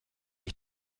ich